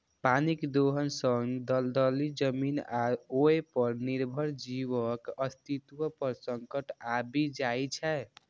पानिक दोहन सं दलदली जमीन आ ओय पर निर्भर जीवक अस्तित्व पर संकट आबि जाइ छै